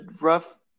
rough